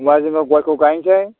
होनब्ला जोङो गयखौ गायसै